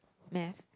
math